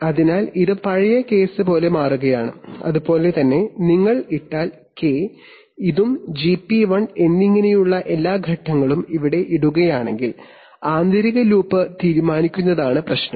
അതിനാൽ ഇത് പഴയ കേസ് പോലെ മാറുകയാണ് അതുപോലെ തന്നെ നിങ്ങൾ ഇട്ടാൽ കെ ഇതും ജിപി 1 എന്നിങ്ങനെയുള്ള എല്ലാ ഘട്ടങ്ങളും ഇവിടെ ഇടുകയാണെങ്കിൽ ആന്തരിക ലൂപ്പ് തീരുമാനിക്കുന്നതാണ് പ്രശ്നം